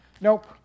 Nope